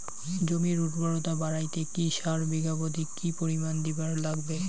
জমির উর্বরতা বাড়াইতে কি সার বিঘা প্রতি কি পরিমাণে দিবার লাগবে?